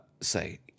say